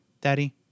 Daddy